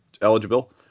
eligible